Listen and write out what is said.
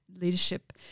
leadership